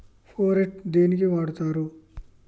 Phorate దేనికి వాడుతరు?